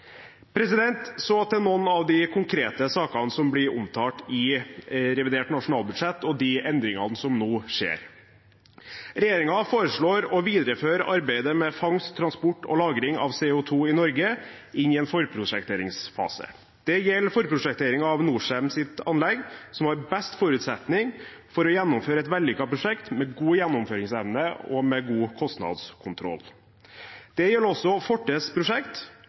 Så til noen av de konkrete sakene som blir omtalt i revidert nasjonalbudsjett, og de endringene som nå skjer. Regjeringen foreslår å videreføre arbeidet med fangst, transport og lagring av CO 2 i Norge inn i en forprosjekteringsfase. Det gjelder forprosjektering av Norcems anlegg, som har best forutsetning for å gjennomføre et vellykket prosjekt med god gjennomføringsevne og med god kostnadskontroll. Det gjelder også Fortums prosjekt,